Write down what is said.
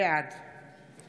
בעד